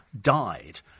died